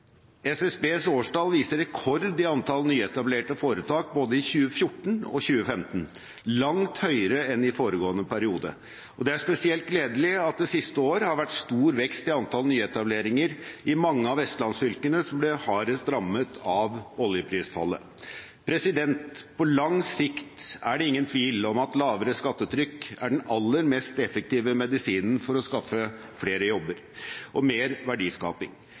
SSBs årstall viser rekord i antall nyetablerte foretak både i 2014 og i 2015, langt høyere enn i foregående periode, og det er spesielt gledelig at det siste år har vært stor vekst i antall nyetableringer i mange av vestlandsfylkene som ble hardest rammet av oljeprisfallet. På lang sikt er det ingen tvil om at lavere skattetrykk er den aller mest effektive medisinen for å skape flere jobber og mer verdiskaping.